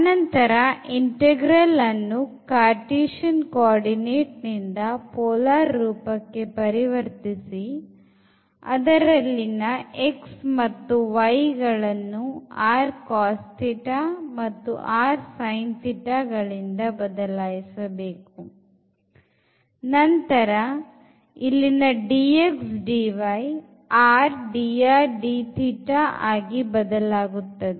ಅನಂತರ ಇಂಟೆಗ್ರಲ್ ಅನ್ನು cartesian coordinate ನಿಂದ ಪೋಲಾರ್ ರೂಪಕ್ಕೆ ಪರಿವರ್ತಿಸಿ ಅದರಲ್ಲಿನ x ಮತ್ತು y ಗಳನ್ನುrcos ಮತ್ತು rsin ಇಂದ ಬದಲಾಯಿಸಬೇಕು ನಂತರ ಇಲ್ಲಿನ dx dy r dr dθ ಆಗಿ ಬದಲಾಗುತ್ತದೆ